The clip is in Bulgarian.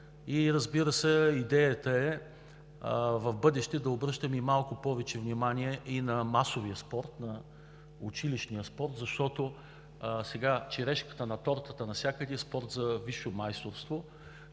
Разбира се, идеята в бъдеще е да обръщаме повече внимание на масовия, на училищния спорт, защото черешката на тортата навсякъде е спортът за висше майсторство.